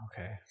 Okay